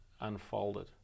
unfolded